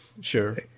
Sure